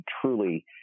truly